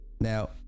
Now